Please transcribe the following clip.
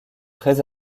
très